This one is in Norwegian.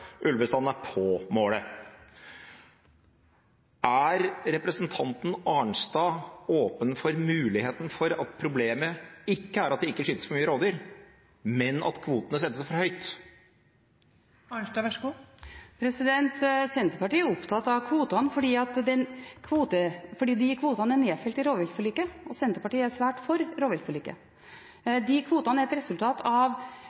ulvebestanden er på målet. Er representanten Arnstad åpen for muligheten for at problemet ikke er at det ikke skytes for mange rovdyr, men at kvotene settes for høyt? Senterpartiet er opptatt av kvotene fordi kvotene er nedfelt i rovviltforliket, og Senterpartiet er svært for rovviltforliket. De kvotene er et resultat av